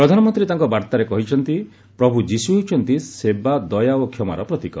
ପ୍ରଧାନମନ୍ତ୍ରୀ ତାଙ୍କ ବାର୍ଭାରେ କହିଛନ୍ତି ପ୍ରଭୁ ଯୀଶୁ ହେଉଛନ୍ତି ସେବା ଦୟା ଓ କ୍ଷମାର ପ୍ରତୀକ